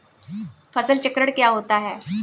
फसल चक्रण क्या होता है?